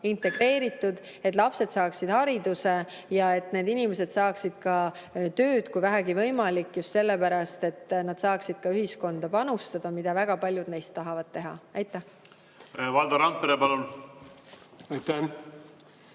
integreeritud, lapsed peaksid saama hariduse ja need inimesed peaksid saama ka tööd, kui vähegi võimalik, just sellepärast, et nad saaksid ka ühiskonda panustada, mida väga paljud neist tahavad teha. Valdo Randpere, palun! Aitäh!